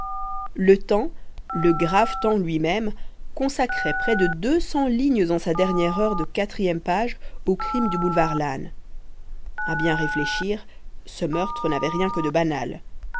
le temps le grave temps lui-même consacrait près de deux cents lignes en sa dernière heure de quatrième page au crime du boulevard lannes à bien réfléchir ce meurtre n'avait rien que de banal